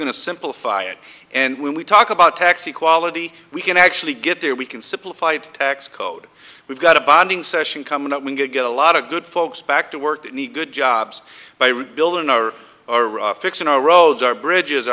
going to simplify it and when we talk about tax equality we can actually get there we can simplified tax code we've got a bonding session coming up we get a lot of good folks back to work that need good jobs by rebuilding our fixing our roads our bridges